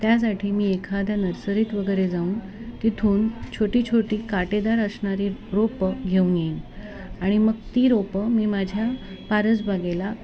त्यासाठी मी एखाद्या नर्सरीत वगैरे जाऊन तिथून छोटी छोटी काटेदार असणारी रोपं घेऊ येईन आणि मग ती रोपं मी माझ्या परसबागेला